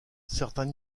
certains